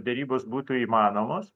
derybos būtų įmanomos